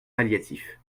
palliatifs